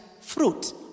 fruit